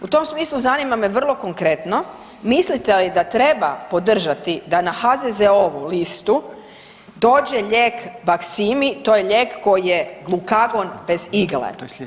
U tom smislu zanima me vrlo konkretno, mislite li da treba podržati da na HZZO-ovu listu dođe lijek Baqsimi, to je lijek koji je glukagon bez igle.